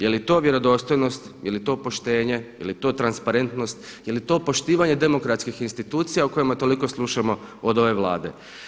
Je li to vjerodostojnost, je li to poštenje, je li to transparentnost, je li to poštivanje demokratskih institucija o kojima toliko slušamo od ove Vlade?